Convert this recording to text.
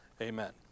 amen